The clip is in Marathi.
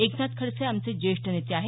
एकनाथ खडसे आमचे ज्येष्ठ नेते आहेत